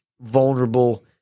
vulnerable